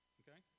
okay